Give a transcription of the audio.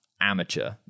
amateur